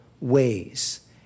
ways